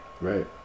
Right